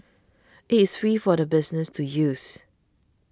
it is free for businesses to use